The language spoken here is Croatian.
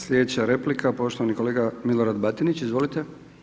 Sljedeća replika poštovani kolega Milorad Batinić, izvolite.